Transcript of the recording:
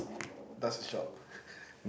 does its job